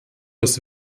dass